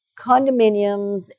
condominiums